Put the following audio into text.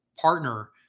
partner